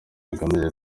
bigamije